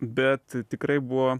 bet tikrai buvo